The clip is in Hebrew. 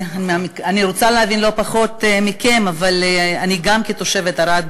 אני רוצה להבין לא פחות מכם, אבל גם כתושבת ערד,